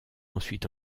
ensuite